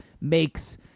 makes